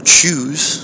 choose